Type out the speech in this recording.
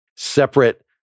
separate